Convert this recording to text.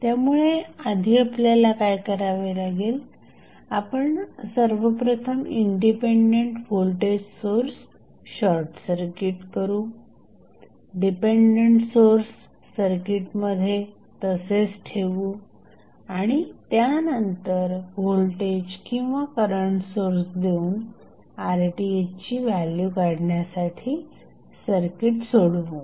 त्यामुळे आधी आपल्याला काय करावे लागेल आपण सर्वप्रथम इंडिपेंडंट व्होल्टेज सोर्स शॉर्टसर्किट करू डिपेंडंट सोर्स सर्किटमध्ये तसेच ठेवू आणि त्यानंतर व्होल्टेज किंवा करंट सोर्स देऊन RThची व्हॅल्यू काढण्यासाठी सर्किट सोडवू